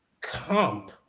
comp